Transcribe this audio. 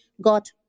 got